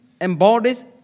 embodies